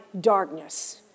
darkness